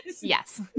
Yes